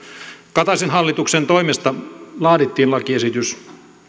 kataisen hallituksen toimesta laadittiin lakiesitys